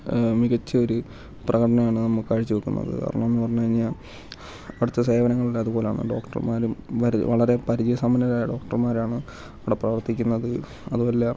മികച്ചൊരു പ്രവണതയാണ് നമുക്ക് കാഴ്ച വെക്കുന്നത് കാരണം എന്ന് പറഞ്ഞു കഴിഞ്ഞാൽ അവിടത്തെ സേവനങ്ങളെലാം അതുപോലെയാണ് ഡോക്ടർമാരും വളരെ പരിചയ സമ്പന്നരായ ഡോക്ടർമാരാണ് അവിടെ പ്രവർത്തിക്കുന്നത് അതുമല്ല